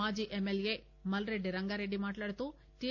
మాజీ ఎమ్మెల్యే మల్రెడ్డి రంగారెడ్డి మాట్లాడుతూ టి